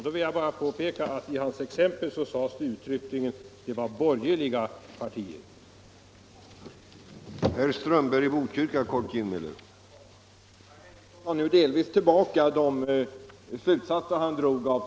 Då vill jag bara påpeka att i hans exempel sades uttryckligen att det var borgerliga partier.